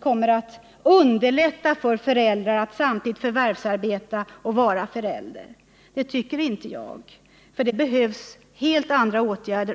kommer att underlätta för föräldrar att samtidigt förvärvsarbeta och vara förälder, säger Gabriel Romanus. Det tycker inte jag.